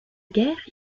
guerre